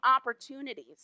opportunities